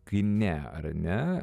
kine ar ne